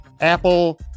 Apple